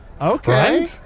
Okay